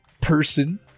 person